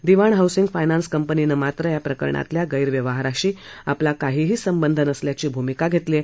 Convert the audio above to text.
दिवाण housing finance कंपनीन मात्र या प्रकरणातल्या गैरव्यवहाराशी आपला काही संबंध नसल्याची भूमिका घेतली आहे